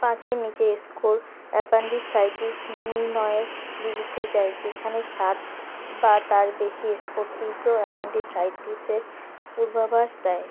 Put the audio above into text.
পাঁচের নিচে score appendicitis নির্ণয়ের বিরুদ্ধে যায় যেখানে সাত বা তার বেশি স্কোর তীব্র অ্যাপেনডিসাইটিসের পূর্বাভাস দেয়